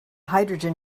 hydrogen